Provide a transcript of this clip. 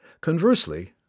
Conversely